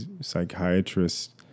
psychiatrists